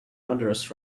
others